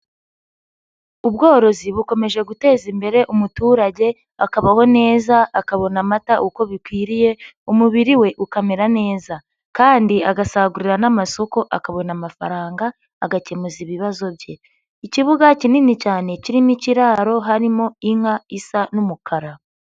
Ubworozi bukomeje guteza imbere umuturage akabaho neza akabona amata uko bikwiriye umubiri we ukamera neza kandi agasagurira n'amasoko akabona amafaranga agakemu ibibazo bye. Ikibuga kinini cyane kirimo ikiraro harimo inka isa n'umukara.